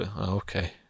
okay